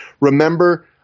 remember